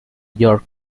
york